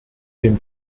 den